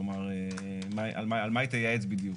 כלומר, על מה היא תייעץ בדיוק?